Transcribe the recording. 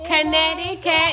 Connecticut